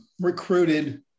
recruited